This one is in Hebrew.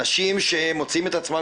אנשים שמוצאים את עצמם,